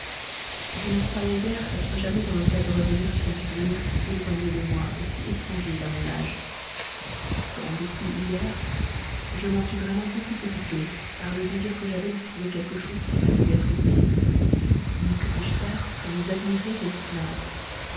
je ne croyais guère être jamais dans le cas de revenir sur des souvenirs si éloignés de moi si étrangers à mon âge pourtant depuis hier je m'en suis vraiment beaucoup occupée par le désir que j'avais d'y trouver quelque chose qui pût vous être utile mais que puis-je faire que vous admirer vous plaindre